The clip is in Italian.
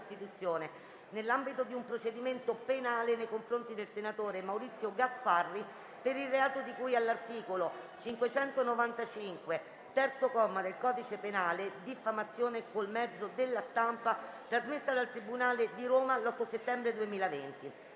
nell'ambito di un procedimento penale nei confronti del senatore Maurizio Gasparri per il reato di cui all'articolo 595, terzo comma, del codice penale (diffamazione col mezzo della stampa) trasmessa dal Tribunale di Roma l'8 settembre 2020».